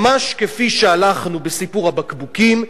ממש כפי שהלכנו בסיפור הבקבוקים,